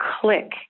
click